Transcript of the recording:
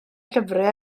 llyfrau